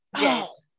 yes